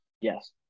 Yes